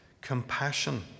compassion